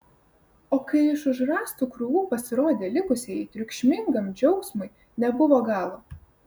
o kai iš už rąstų krūvų pasirodė likusieji triukšmingam džiaugsmui nebuvo galo